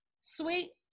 sweet